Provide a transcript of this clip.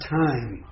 time